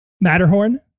Matterhorn